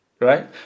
right